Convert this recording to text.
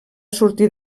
sortir